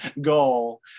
goal